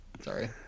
Sorry